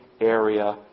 area